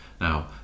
Now